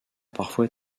parfois